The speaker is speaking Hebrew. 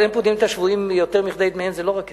אבל אין פודין את השבויים יותר מכדי דמיהם זה לא רק כסף.